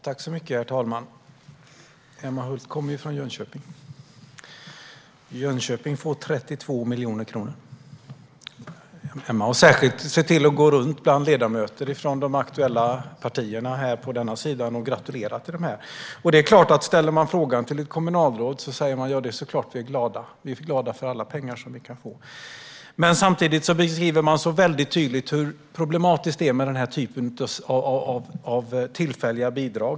Herr talman! Emma Hult kommer från Jönköping. Jönköping får 32 miljoner kronor. Emma har särskilt sett till att gå runt bland ledamöter från de aktuella partierna här på denna sida och gratulerat till detta. Det är klart att om man ställer frågan till kommunalråd säger de: Ja, vi är såklart glada. Vi är glada för alla pengar som vi kan få. Men samtidigt beskriver man väldigt tydligt hur problematiskt det är med den här typen av tillfälliga bidrag.